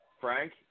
Frank